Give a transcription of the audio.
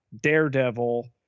Daredevil